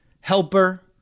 helper